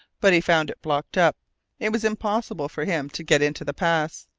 but he found it blocked up it was impossible for him to get into the pass.